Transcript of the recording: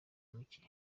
mucye